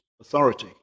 authority